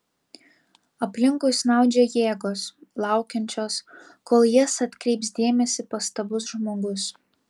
aplinkui snaudžia jėgos laukiančios kol į jas atkreips dėmesį pastabus žmogus